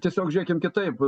tiesiog žiūrėkim kitaip